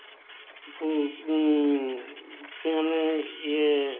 फिर हमने यह